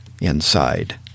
inside